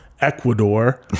Ecuador